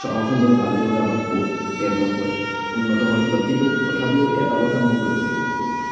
চহৰখন বহুত ভালেই হয় আমাতকৈ বহুত ডেভলপ হয় উন্নত হয় কিন্তু তথাপিও এটা কথা মন কৰিব লাগিব যে